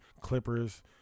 Clippers